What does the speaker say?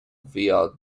via